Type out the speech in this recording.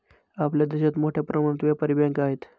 आपल्या देशात मोठ्या प्रमाणात व्यापारी बँका आहेत